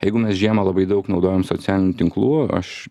jeigu mes žiemą labai daug naudojam socialinių tinklų aš